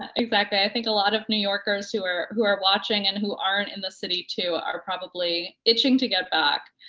and exactly. i think a lot of new yorkers who are who are watching and who aren't in the city too are probably itching to get back.